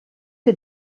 que